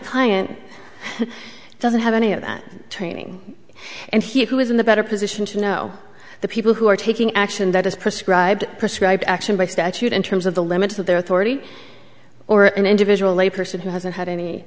client doesn't have any of that training and he who is in the better position to know the people who are taking action that is prescribe prescribe action by statute in terms of the limits of their authority or an individual a person who hasn't had any